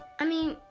i mean,